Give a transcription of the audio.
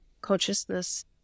Consciousness